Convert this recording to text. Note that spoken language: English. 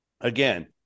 again